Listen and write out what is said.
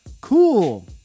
cool